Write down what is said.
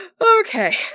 Okay